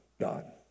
God